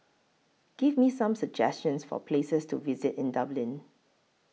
Give Me Some suggestions For Places to visit in Dublin